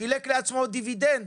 חילק לעצמו דיווידנד.